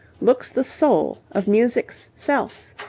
looks the soul of music's self.